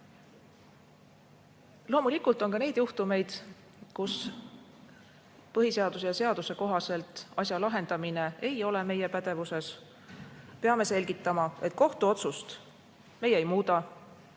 Loomulikult on ka neid juhtumeid, kus põhiseaduse ja seaduse kohaselt ei ole asja lahendamine meie pädevuses. Peame selgitama, et kohtuotsust me ei muuda,